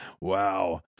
Wow